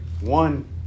one